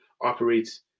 operates